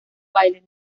baile